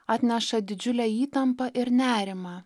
atneša didžiulę įtampą ir nerimą